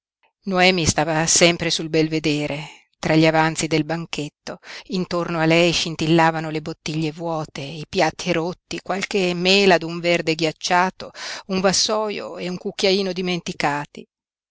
noemi stava sempre sul belvedere tra gli avanzi del banchetto intorno a lei scintillavano le bottiglie vuote i piatti rotti qualche mela d'un verde ghiacciato un vassoio e un cucchiaino dimenticati